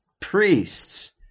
priests